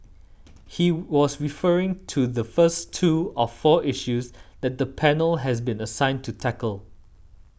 he was referring to the first two of four issues that the panel has been assigned to tackle